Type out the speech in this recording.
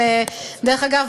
דרך אגב,